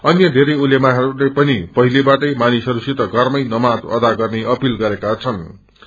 अन्य बेरै उलेमाहरूले पनि पहिलेबाटै मानिसहरूसित घरमै नमाज अदा गत्रे अपील गरेका छनू